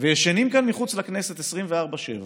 וישנים כאן מחוץ לכנסת 24/7